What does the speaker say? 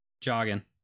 jogging